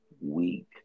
week